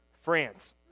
France